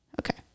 Okay